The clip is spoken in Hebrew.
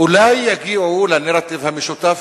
אולי יגיעו לנרטיב המשותף,